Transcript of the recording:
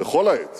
כל העת